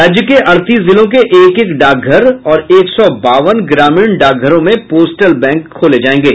राज्य के अड़तीस जिलों के एक एक डाकघर और एक सौ बावन ग्रामीण डाकघरों में पोस्टल बैंक खोले जायेंगे